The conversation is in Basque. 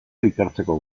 ikertzeko